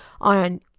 on